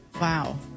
Wow